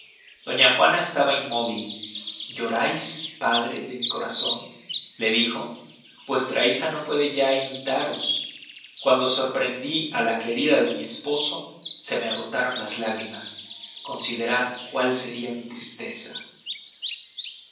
doña juana estaba inmóvil llorais padre de mi corazon le dijo vuestra hija no puede ya imitaros cuando sorprendí á la querida de mi esposo se me agotaron las lágrimas considerad cuál seria mi tristeza